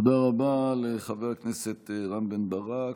תודה רבה לחבר הכנסת רם בן ברק.